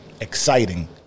exciting